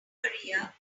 maria